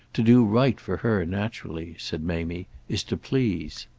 to do right for her, naturally, said mamie, is to please.